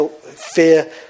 fear